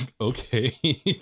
Okay